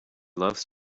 loves